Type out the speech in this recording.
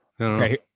okay